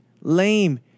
lame